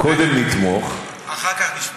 קודם נתמוך, ואחר כך נשמע.